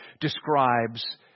describes